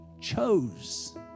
chose